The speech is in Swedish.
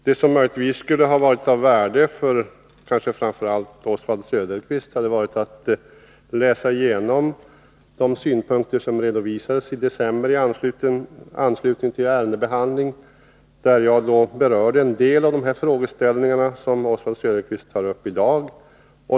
Det som möjligtvis skulle ha varit av värde för framför allt Oswald Söderqvist hade varit att läsa igenom de synpunkter som redovisades i december i anslutning till ärendebehandlingen. Jag berörde då en del av de frågeställningar som Oswald Söderqvist tagit upp i dag.